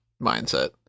mindset